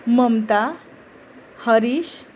Mamata Harish